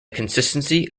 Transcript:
consistency